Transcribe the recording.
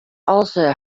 also